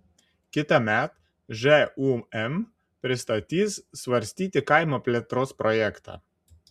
kitąmet žūm pristatys svarstyti kaimo plėtros projektą